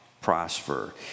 prosper